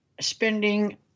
spending